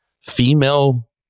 female